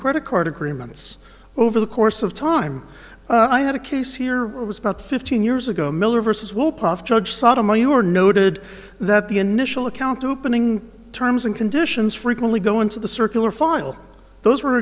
credit card agreements over the course of time i had a case here it was about fifteen years ago miller versus wolpoff judge sot among you were noted that the initial account opening terms and conditions frequently go into the circular final those were